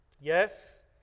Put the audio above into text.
yes